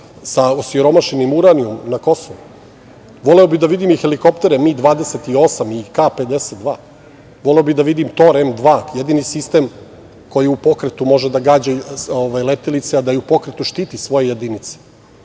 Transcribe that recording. sa osiromašenim uranijumom na Kosovu, voleo bih da vidim i helikoptere M-28 i K-52, voleo bih da vidim Tor M-2, jedini sistem koji u pokretu može da gađa letilice a da i u pokretu štiti svoje jedinice. Što